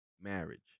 marriage